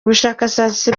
ubushakashatsi